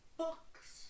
books